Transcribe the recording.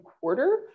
quarter